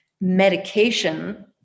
medication